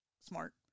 smart